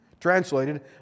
Translated